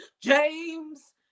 james